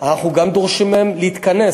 אנחנו גם דורשים מהם להתכנס,